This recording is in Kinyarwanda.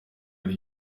ari